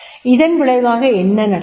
இதன் விளைவாக என்ன நடந்தது